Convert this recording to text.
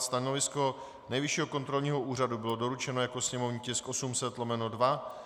Stanovisko Nejvyššího kontrolního úřadu bylo doručeno jako sněmovní tisk 800/2.